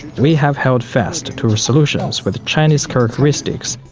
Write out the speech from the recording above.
we have held fast to solutions with chinese characteristics.